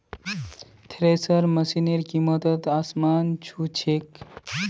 thresher मशिनेर कीमत त आसमान छू छेक